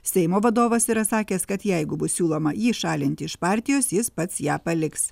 seimo vadovas yra sakęs kad jeigu bus siūloma jį šalinti iš partijos jis pats ją paliks